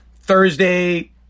Thursday